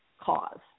cause